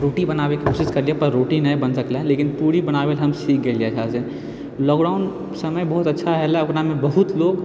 रोटी बनाबैके कोशिश करलिए पर रोटी नहि बनि सकलै लेकिन पूड़ी बनाबै लए हम सीख गेलिए अच्छासँ लॉकडाउन समय बहुत अच्छा हलै ओकरामे बहुत लोक